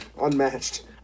Unmatched